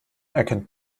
erkennt